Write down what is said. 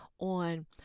on